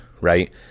right